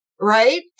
Right